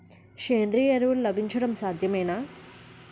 సేంద్రీయ ఎరువులు లభించడం సాధ్యమేనా?